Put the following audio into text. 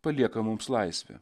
palieka mums laisvę